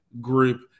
group